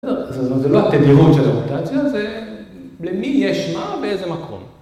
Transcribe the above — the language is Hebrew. זה לא התדירות של האורטציה, זה למי יש מה באיזה מקום.